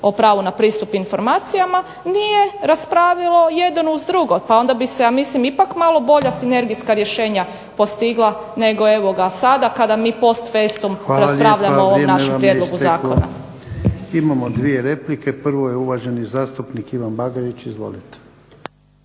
o pravu na pristup informacijama nije raspravilo jedno uz drugo pa onda bi se ja mislim ipak malo bolja sinergijska rješenja postigla nego evo sada kada mi post festum raspravljamo o ovom našem prijedlogu zakona. **Jarnjak, Ivan (HDZ)** Hvala lijepa.